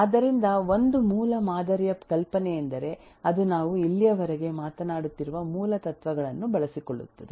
ಆದ್ದರಿಂದ ಒಂದು ಮೂಲ ಮಾದರಿಯ ಕಲ್ಪನೆಯೆಂದರೆ ಅದು ನಾವು ಇಲ್ಲಿಯವರೆಗೆ ಮಾತನಾಡುತ್ತಿರುವ ಮೂಲ ತತ್ವಗಳನ್ನು ಬಳಸಿಕೊಳ್ಳುತ್ತದೆ